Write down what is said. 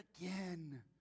again